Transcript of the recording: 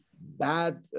bad